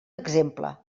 exemple